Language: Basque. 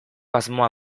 asmoa